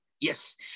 Yes